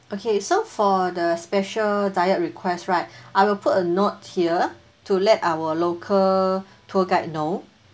okay so for the special diet requests right I will put a note here to let our local tour guide know